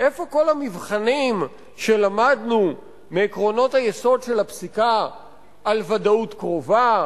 איפה כל המבחנים שלמדנו מעקרונות היסוד של הפסיקה על ודאות קרובה,